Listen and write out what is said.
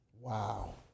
Wow